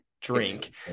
drink